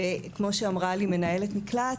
כמו שאמרה לי מנהלת מקלט,